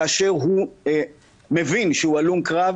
כאשר הוא מבין שהוא הלום קרב,